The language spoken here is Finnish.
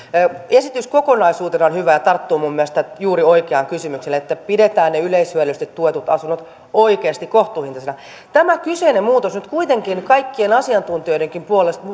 esitys kokonaisuutena on hyvä ja tarttuu minun mielestäni juuri oikeaan kysymykseen että pidetään ne yleishyödyllisesti tuetut asunnot oikeasti kohtuuhintaisina tämä kyseinen muutos nyt kuitenkin kaikkien asiantuntijoidenkin